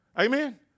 Amen